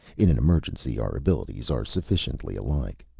in an emergency, our abilities are sufficiently alike.